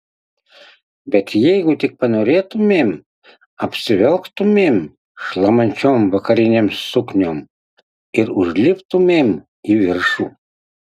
bet jeigu tik panorėtumėm apsivilktumėm šlamančiom vakarinėm sukniom ir užliptumėm į viršų